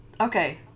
Okay